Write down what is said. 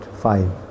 five